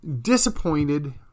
disappointed